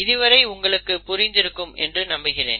இதுவரை உங்களுக்கு புரிந்திருக்கும் என்று நம்புகிறேன்